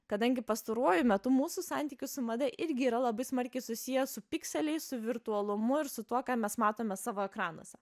kadangi pastaruoju metu mūsų santykis su mada irgi yra labai smarkiai susijęs su pikseliais su virtualumu ir su tuo ką mes matome savo ekranuose